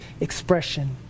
expression